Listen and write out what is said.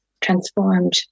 transformed